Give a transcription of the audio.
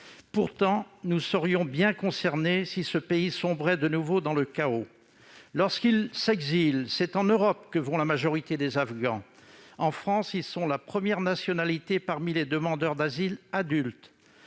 Pourtant, nous serions bien concernés si ce pays sombrait de nouveau dans le chaos. Lorsqu'ils s'exilent, c'est en Europe que vont la majorité des Afghans. En France, les ressortissants de nationalité afghane constituent